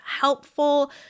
helpful